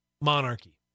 monarchy